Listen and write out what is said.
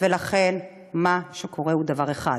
ולכן מה שקורה, דבר אחד: